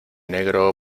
negro